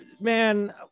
man